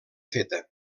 feta